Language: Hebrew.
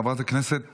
חברת הכנסת